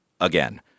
again